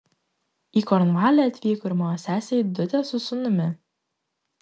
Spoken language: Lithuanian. į kornvalį atvyko ir mano sesė aidutė su sūnumi